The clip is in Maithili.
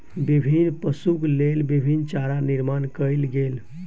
विभिन्न पशुक लेल विभिन्न चारा निर्माण कयल गेल